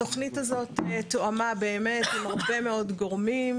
התוכנית הזאת תואמה באמת עם הרבה מאוד גורמים,